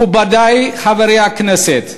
מכובדי חברי הכנסת,